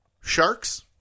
sharks